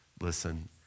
listen